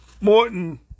Morton